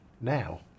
now